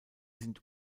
sind